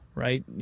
right